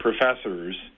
professors